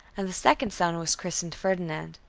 and the second son was christened ferdinand.